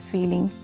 Feeling